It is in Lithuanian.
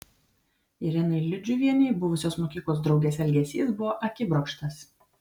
irenai liudžiuvienei buvusios mokyklos draugės elgesys buvo akibrokštas